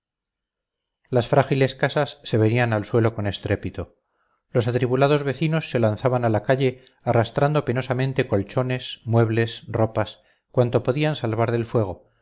las frágiles casas se venían al suelo con estrépito los atribulados vecinos se lanzaban a la calle arrastrando penosamente colchones muebles ropas cuanto podían salvar del fuego